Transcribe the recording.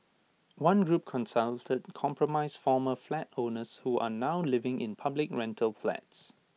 one group consulted comprised former flat owners who are now living in public rental flats